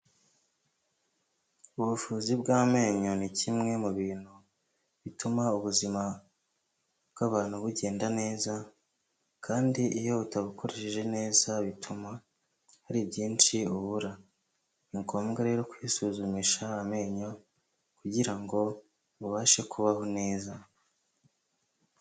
Ubuvuzi bw'amenyo ni kimwe mu bintu bituma ubuzima bw'abantu bugenda neza, kandi iyo utabukoresheje neza bituma hari byinshi ubura, ni ngombwa rero kwisuzumisha amenyo kugirango ubashe kubaho neza.